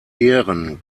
ehren